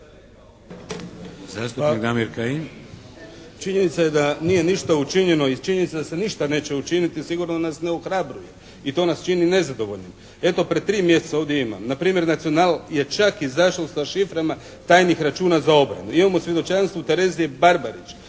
**Kajin, Damir (IDS)** Činjenica je da nije ništa učinjeno i činjenica da se ništa neće učiniti sigurno nas ne ohrabruje i to nas čini nezadovoljnim. Eto, pred tri mjeseca ovdje imam na primjer “Nacional“ je čak izašao sa šiframa tajnih računa za obje. Mi imamo svjedočanstvo Terezije Barbarić